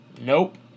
Nope